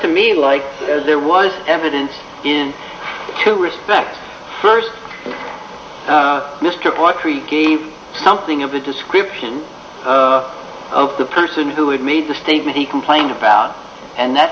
to me like as there was evidence in two respects first mr hawtrey gave something of a description of the person who had made the statement he complained about and that